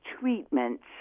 treatments